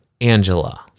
Angela